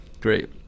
great